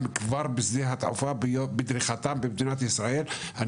כבר בשדה התעופה ברגע שהם דורכים במדינת ישראל.